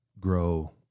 grow